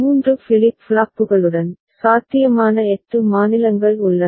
மூன்று ஃபிளிப் ஃப்ளாப்புகளுடன் சாத்தியமான எட்டு மாநிலங்கள் உள்ளன